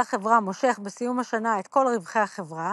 החברה מושך בסיום השנה את כל רווחי החברה,